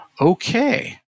Okay